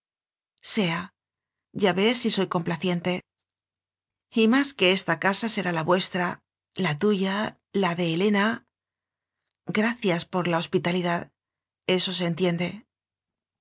sea ya ves si soy complaciente y más que esta casa será la vuestra la tuya la de helena gracias por la hospitalidad eso se